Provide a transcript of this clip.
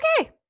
Okay